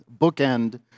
bookend